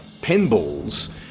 pinballs